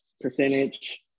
percentage